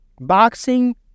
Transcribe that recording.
Boxing